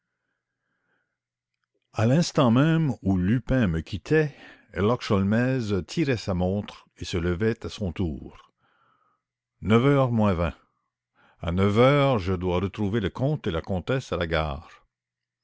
herlock tirait sa montre et se levait à son tour neuf heures moins vingt à neuf heures je dois retrouver le comte et la comtesse à la gare